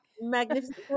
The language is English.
Magnificent